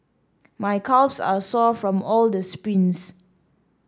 my calves are sore from all the sprints